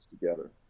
together